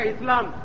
Islam